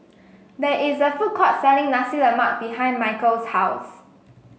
there is a food court selling Nasi Lemak behind Michale's house